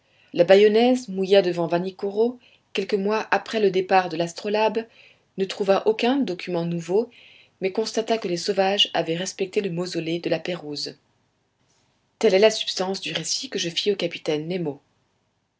la bayonnaise mouilla devant vanikoro quelques mois après le départ de l'astrolabe ne trouva aucun document nouveau mais constata que les sauvages avaient respecté le mausolée de la pérouse telle est la substance du récit que je fis au capitaine nemo